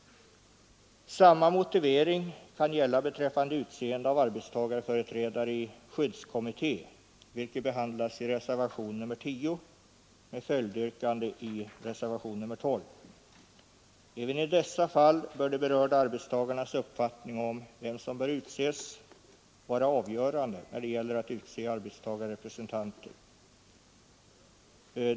Samma motivering kan gälla beträffande utseende av arbetstagarföreträdare i skyddskommitté, vilket behandlas i reservationen 10 med följdyrkande i reservationen 12. Även i dessa fall bör de berörda arbetstagarnas uppfattning om vem som bör utses vara avgörande då det gäller att utse arbetstagarrepresentanter.